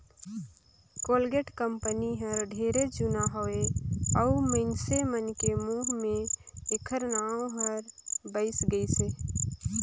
Colgate company हर ढेरे जुना हवे अऊ मइनसे मन के मुंह मे ऐखर नाव हर बइस गइसे